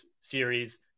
series